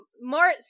more